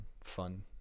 fun